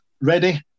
ready